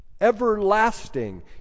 everlasting